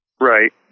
right